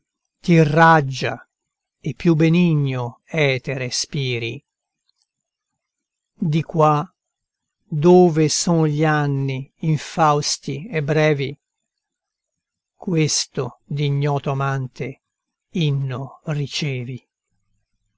stella t'irraggia e più benigno etere spiri di qua dove son gli anni infausti e brevi questo d'ignoto amante inno ricevi